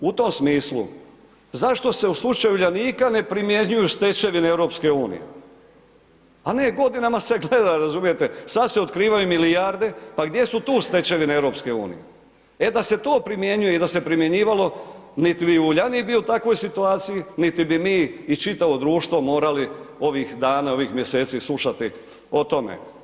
U tom smislu zašto se u slučaju Uljanika ne primjenjuju stečevine EU, a ne godinama se gleda razumijete, sad se otkrivaju milijarde pa gdje su tu stečevine EU, e da se to primjenjuje i da se primjenjivalo, nit bi Uljanik bio u takvoj situaciji, niti bi mi i čitavo društvo morali ovih dana, ovih mjeseci slušati o tome.